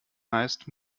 heißt